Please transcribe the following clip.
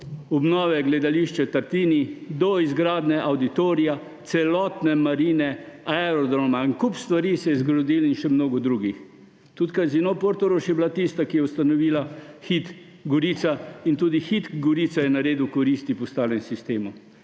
obnove Gledališča Tartini, izgradnja Avditorija, celotne marine, aerodroma. En kup stvar se je zgodilo in še mnogo drugih, tudi Casino Portorož je bila tista igralnica, ki je ustanovila Hit Gorica in tudi Hit Gorica je naredil koristi po starem sistemu.